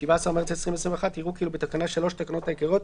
אשרת שירות,